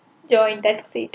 join that's it